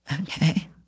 Okay